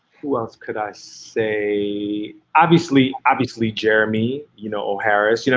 who else could i say, obviously obviously jeremy you know o. harris, you know